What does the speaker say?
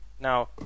now